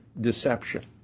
deception